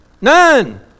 None